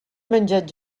menjat